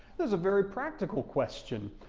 this is a very practical question.